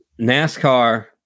NASCAR